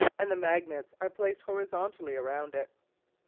and the magnets are placed horizontally around it.